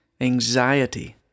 anxiety